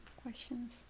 questions